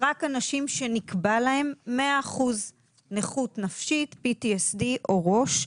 רק אנשים שנקבע להם 100% נכות נפשית PTSD או ראש,